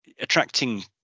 attracting